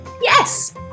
Yes